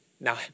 now